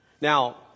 Now